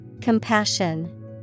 Compassion